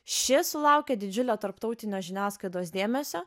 šis sulaukė didžiulio tarptautinio žiniasklaidos dėmesio